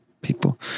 people